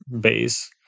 base